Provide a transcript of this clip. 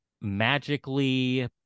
magically